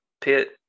pit